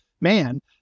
man